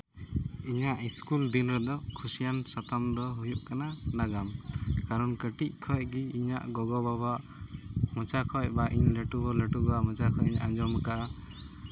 ᱤᱧᱟᱹᱜ ᱤᱥᱠᱩᱞ ᱫᱤᱱ ᱨᱮᱫᱚ ᱠᱷᱩᱥᱤᱭᱟᱱ ᱥᱟᱛᱟᱢ ᱫᱚ ᱦᱩᱭᱩᱜ ᱠᱟᱱᱟ ᱱᱟᱜᱟᱢ ᱠᱟᱨᱚᱱ ᱠᱟᱹᱴᱤᱡ ᱠᱷᱚᱱ ᱜᱮ ᱤᱧᱟᱹᱜ ᱜᱚᱜᱚ ᱵᱟᱵᱟᱣᱟᱜ ᱢᱚᱪᱟ ᱠᱷᱚᱱ ᱵᱟ ᱤᱧ ᱞᱟᱹᱴᱩ ᱜᱚ ᱞᱟᱹᱴᱩ ᱵᱟ ᱟᱜ ᱢᱚᱪᱟ ᱠᱷᱚᱱ ᱤᱧ ᱟᱸᱡᱚᱢ ᱟᱠᱟᱫᱼᱟ